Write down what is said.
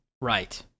Right